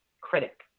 critic